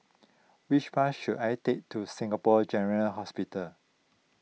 which bus should I take to Singapore General Hospital